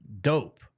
dope